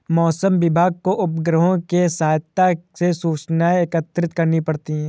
मौसम विभाग को उपग्रहों के सहायता से सूचनाएं एकत्रित करनी पड़ती है